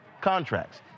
contracts